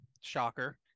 shocker